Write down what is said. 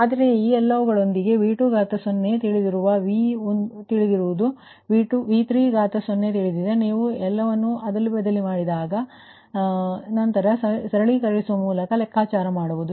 ಆದ್ದರಿಂದ ಈ ಎಲ್ಲವುಗಳೊಂದಿಗೆ V20 ತಿಳಿದಿರುವ v ಒಂದು ತಿಳಿದಿರುವ V30 ತಿಳಿದಿದೆ ನಂತರ ನೀವು ಎಲ್ಲವನ್ನೂ ಬದಲಿ ಮಾಡಿ ನಂತರ ಸರಳೀಕರಿಸುವ ಮೂಲಕ ಲೆಕ್ಕಾಚಾರಮಾಡಬಹುದು